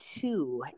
two